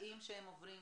הקשיים שהם עוברים